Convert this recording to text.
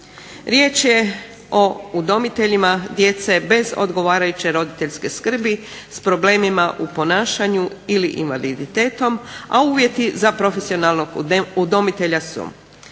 Riječ je o udomiteljima djece bez odgovarajuće roditeljske skrbi s problemima u ponašanju ili invaliditetom, a uvjeti za profesionalnog udomitelja su: